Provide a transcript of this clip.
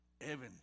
Evans